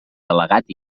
delegat